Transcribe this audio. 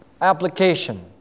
application